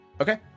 Okay